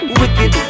wicked